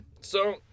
So-